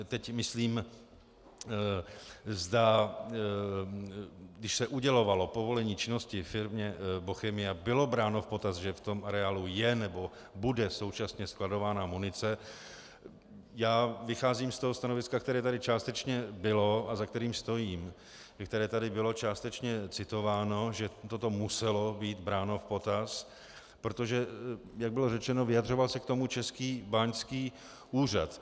Teď myslím, když se udělovalo povolení činnosti firmě Bochemie, bylo bráno v potaz, že v tom areálu je nebo bude současně skladována munice, já vycházím z toho stanoviska, které tady částečně bylo a za kterým stojím a které tady bylo částečně citováno, že toto muselo být bráno v potaz, protože, jak bylo řečeno, vyjadřoval se k tomu Český báňský úřad.